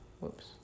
whoops